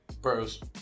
Bros